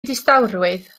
distawrwydd